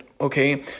okay